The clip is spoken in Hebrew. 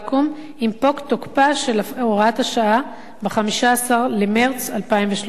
הוראת השעה ב-15 במרס 2013. אשר על כן,